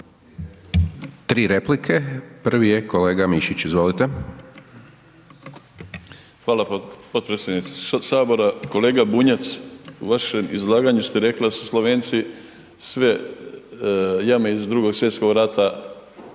Tri replike. Prvi je kolega Mišić, izvolite. **Mišić, Ivica (Nezavisni)** Hvala potpredsjedniče HS. Kolega Bunjac, u vašem izlaganju ste rekli da su Slovenci sve jame iz Drugog svjetskog rata